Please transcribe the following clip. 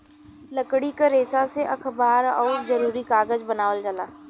लकड़ी क रेसा से अखबार आउर जरूरी कागज बनावल जाला